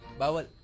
Bawal